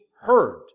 heard